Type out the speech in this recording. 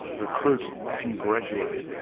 recruit and graduate.